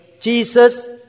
Jesus